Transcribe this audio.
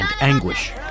anguish